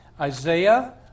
Isaiah